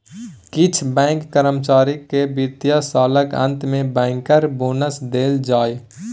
किछ बैंक कर्मचारी केँ बित्तीय सालक अंत मे बैंकर बोनस देल जाइ